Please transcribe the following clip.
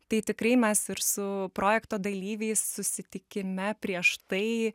tai tikrai mes ir su projekto dalyviais susitikime prieš tai